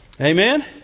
Amen